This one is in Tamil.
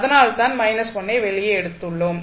அதனால்தான் 1 ஐ வெளியே எடுத்துள்ளோம்